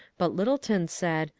but lyttleton said,